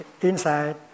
inside